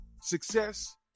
Success